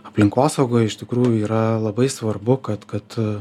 aplinkosaugoj iš tikrųjų yra labai svarbu kad kad